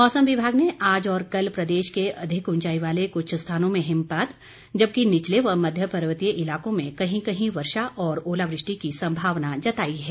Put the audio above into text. मौसम विमाग ने आज और कल प्रदेश के अधिक उंचाई वाले कुछ स्थानों में हिमपात जबकि निचले व मध्य पर्वतीय इलाकों में कहीं कहीं वर्षा और ओलावृष्टि की संभावना जताई है